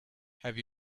have